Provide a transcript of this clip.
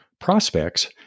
prospects